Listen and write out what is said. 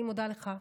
אני מודה לך,